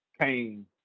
came